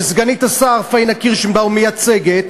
שסגנית השר פניה קירשנבאום מייצגת,